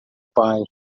pai